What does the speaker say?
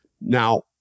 Now